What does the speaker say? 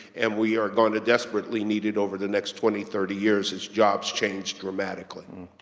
and we're going to desperately need it over the next twenty, thirty years as jobs change dramatically.